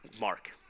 Mark